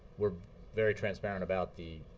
we're very transparent about the